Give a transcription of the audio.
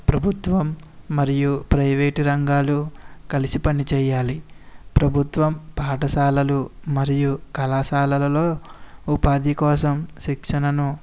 ప్రభుత్వం మరియు ప్రైవేటు రంగాలు కలిసి పనిచేయాలి ప్రభుత్వం పాఠశాలలు మరియు కళాశాలలో ఉపాధి కోసం శిక్షణను